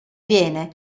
viene